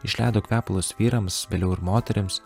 išleido kvepalus vyrams vėliau ir moterims